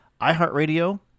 iHeartRadio